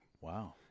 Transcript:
Wow